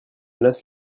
menace